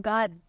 God